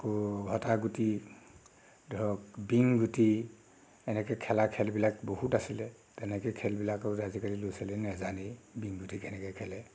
কৰ ভটা গুটি ধৰক বিৰিংগুটি এনেকৈ খেলা খেলবিলাক বহুত আছিলে তেনেকৈ খেলবিলাকৰ আজিকালি ল'ৰা ছোৱালীবোৰে নাজানেই বিৰিংগুটি কেনেকৈ খেলে